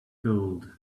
gold